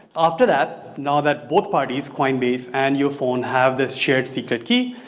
after that, now that both parties, coinbase and your phone have this shared secret key,